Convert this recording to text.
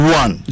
one